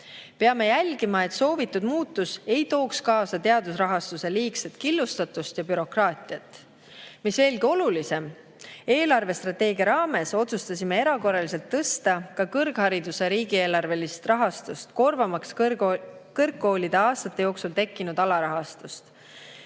Peame jälgima, et soovitud muutus ei tooks kaasa teadusrahastuse liigset killustatust ja bürokraatiat. Mis veelgi olulisem: eelarvestrateegia raames otsustasime erakorraliselt tõsta ka kõrghariduse riigieelarvelist rahastust, korvamaks kõrgkoolide aastate jooksul tekkinud alarahastust.